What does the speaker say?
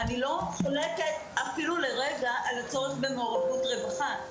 אני לא חולקת אפילו לרגע על הצורך במעורבות רווחה.